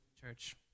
church